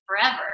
forever